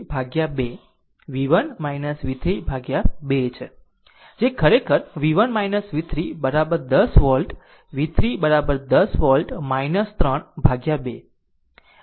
આમ તે v1 v 3 upon 2 v1 v 3 upon 2 છે જે ખરેખર v1 v 3 10 volt v 3 10 volt 3 upon 2